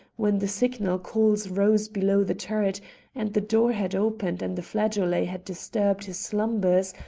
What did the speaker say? when the signal-calls rose below the turret and the door had opened and the flageolet had disturbed his slumbers,